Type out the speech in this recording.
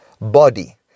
body